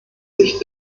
sich